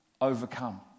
overcome